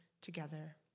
together